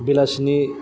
बेलासिनि